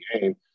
game